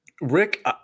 Rick